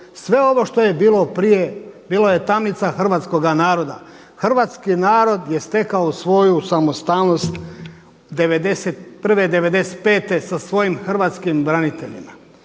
Sve ovo što je bilo prije, bilo je tamnica hrvatskoga naroda. Hrvatski narod je stekao svoju samostalnost 91., 95. sa svojim hrvatskim braniteljima.